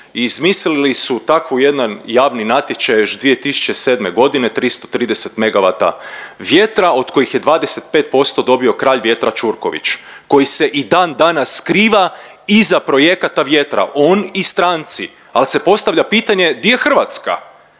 smislili su takav jedan javni natječaj još 2007.g. 330 MW vjetra od kojih je 25% dobio kralj vjetra Ćurković koji se i dan danas skriva iza projekata vjetra, on i stranci, al se postavlja pitanje di je Hrvatska